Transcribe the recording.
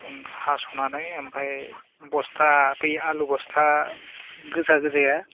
उम हास'नानै ओमफ्राय बस्था बै आलु बस्था गोजा गोजाया